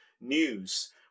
News